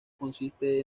consiste